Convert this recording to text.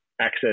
access